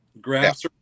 graphs